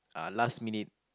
uh last minute